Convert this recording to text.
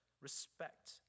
respect